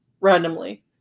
randomly